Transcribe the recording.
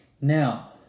Now